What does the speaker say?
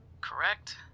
Correct